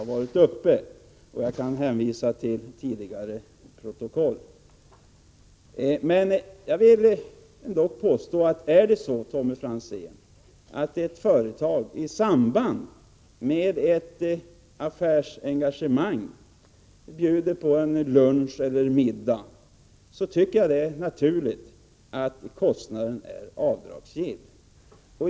Jag kan alltså hänvisa till tidigare protokoll, men jag vill ändå påstå att om ett företag i samband med ett affärsengagemang bjuder på en lunch eller en middag, tycker jag det är naturligt att kostnaden är avdragsgill.